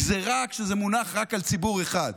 גזרה היא כשזה מונח רק על ציבור אחד,